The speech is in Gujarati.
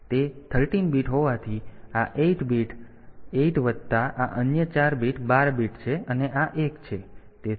તેથી તે 13 બીટ હોવાથી આ 8 બીટ 8 વત્તા આ અન્ય 4 બીટ 12 બીટ છે અને આ 1 છે